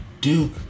Duke